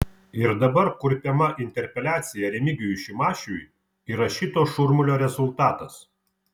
ir dabar kurpiama interpeliacija remigijui šimašiui yra šito šurmulio rezultatas